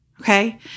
Okay